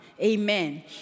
Amen